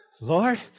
Lord